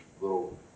little